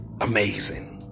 amazing